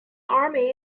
army